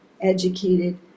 educated